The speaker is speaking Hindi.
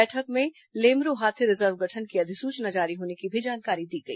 बैठक में लेमरू हाथी रिजर्व गठन की अधिसूचना जारी होने की भी जानकारी दी गई